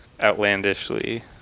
outlandishly